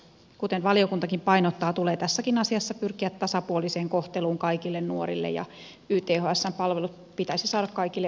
kuten valiokuntakin painottaa tulee tässäkin asiassa pyrkiä tasapuoliseen kohteluun kaikille nuorille ja ythsn palvelut pitäisi saada kaikille opiskelijoille